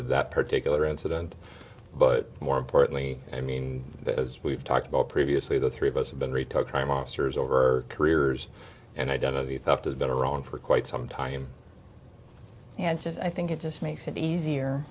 of that particular incident but more importantly i mean as we've talked about previously the three of us have been retook monsters over careers and identity theft has been around for quite some time i think it just makes it easier